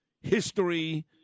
History